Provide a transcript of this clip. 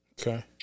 okay